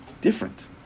different